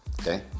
okay